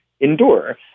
endure